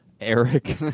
Eric